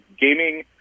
Gaming